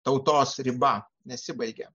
tautos riba nesibaigia